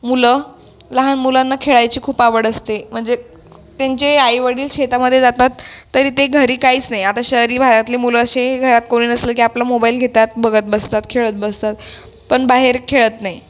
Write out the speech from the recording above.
मुलं लहान मुलांना खेळायची खूप आवड असते म्हणजे त्यांचे आईवडील शेतामध्ये जातात तरी ते घरी काहीच नाही आता शहरी भागातली मुलं असे घरात कोणी नसलं की आपलं मोबाईल घेतात बघत बसतात खेळत बसतात पण बाहेर खेळत नाही